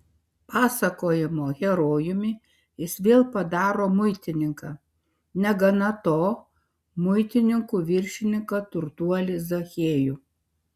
pasakojimo herojumi jis vėl padaro muitininką negana to muitininkų viršininką turtuolį zachiejų